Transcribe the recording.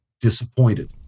disappointed